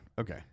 Okay